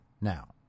now